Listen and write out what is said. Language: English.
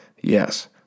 Yes